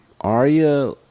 Arya